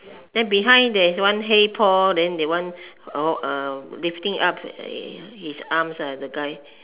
then behind there is one hey Paul then that one oh uh lifting up his arms ah the guy